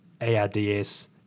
ARDS